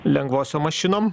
lengvosiom mašinom